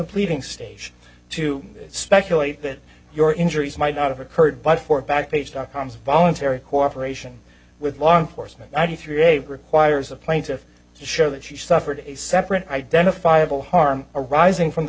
pleading stage to speculate that you're into these might not have occurred but for back page dot coms voluntary cooperation with law enforcement ninety three eight requires a plaintiff to show that she suffered a separate identifiable harm arising from the